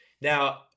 Now